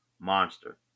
monster